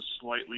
slightly